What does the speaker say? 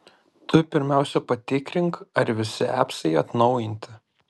tu pirmiausia patikrink ar visi apsai atnaujinti